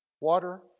Water